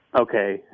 Okay